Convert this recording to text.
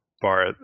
bar